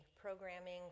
programming